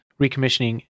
recommissioning